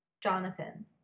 Jonathan